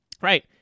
right